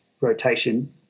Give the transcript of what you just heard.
rotation